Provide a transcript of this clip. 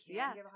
yes